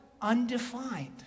undefined